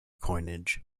coinage